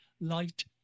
light